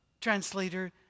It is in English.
translator